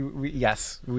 Yes